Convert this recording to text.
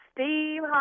Steve